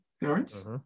parents